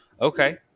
Okay